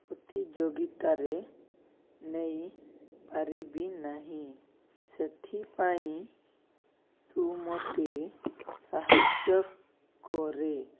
ପ୍ରତିଯୋଗିତାରେ ନେଇପାରିବି ନାହିଁ ସେଥିପାଇଁ ତୁ ମୋତେ ସାହାଯ୍ୟ କରେ